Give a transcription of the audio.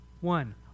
one